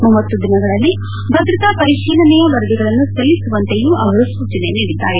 ಮೂವತ್ತು ದಿನಗಳಲ್ಲಿ ಭದ್ರತಾ ಪರಿಶೀಲನೆಯ ವರದಿಗಳನ್ನು ಸಲ್ಲಿಸುವಂತೆಯೂ ಅವರು ಸೂಚನೆ ನೀಡಿದ್ದಾರೆ